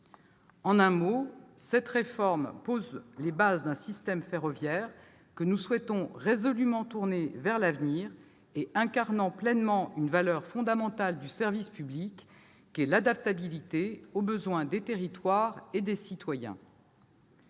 En un mot, cette réforme pose les bases d'un système ferroviaire que nous souhaitons résolument tourné vers l'avenir et incarnant pleinement cette valeur fondamentale du service public qu'est l'adaptabilité aux besoins des territoires et des citoyens.